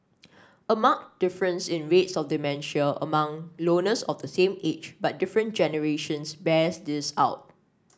a marked difference in rates of dementia among loners of the same age but different generations bears this out